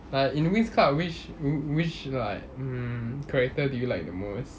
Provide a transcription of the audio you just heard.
but in winx club which whi~ which like mm character do you like the most